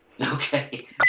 Okay